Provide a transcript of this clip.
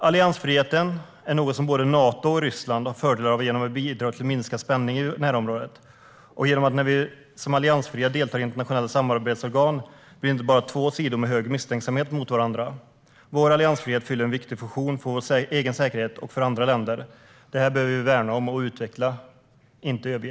Alliansfriheten är något som både Nato och Ryssland har fördelar av genom att den bidrar till minskad spänning i närområdet, och genom att det inte, när vi som alliansfria deltar i internationella samarbetsorgan, blir bara två sidor med hög misstänksamhet mot varandra. Vår alliansfrihet fyller en viktig funktion för vår egen säkerhet och för andra länder. Den bör vi värna om och utveckla, inte överge.